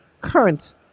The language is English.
current